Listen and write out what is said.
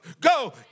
go